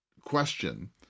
question